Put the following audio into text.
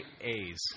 A's